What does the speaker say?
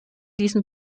diesem